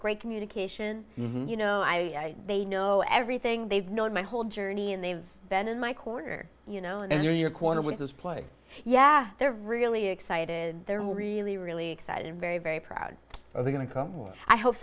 great communication you know i they know everything they've known my whole journey and they've been in my corner you know and your corner with this play yeah they're really excited they're really really excited and very very proud are they going to come i hope